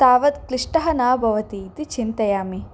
तावत् क्लिष्टः न भवति इति चिन्तयामि